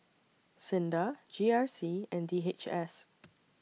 SINDA G R C and D H S